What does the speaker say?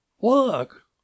Look